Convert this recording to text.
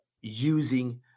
using